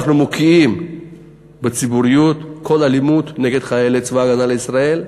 אנחנו מוקיעים בציבור כל אלימות נגד חיילי צבא ההגנה לישראל,